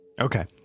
Okay